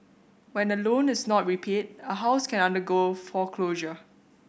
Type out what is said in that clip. when a loan is not repaid a house can undergo foreclosure